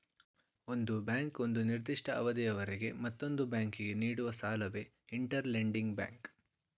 ಒಂದು ಬ್ಯಾಂಕು ಒಂದು ನಿರ್ದಿಷ್ಟ ಅವಧಿಯವರೆಗೆ ಮತ್ತೊಂದು ಬ್ಯಾಂಕಿಗೆ ನೀಡುವ ಸಾಲವೇ ಇಂಟರ್ ಲೆಂಡಿಂಗ್ ಬ್ಯಾಂಕ್